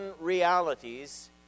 realities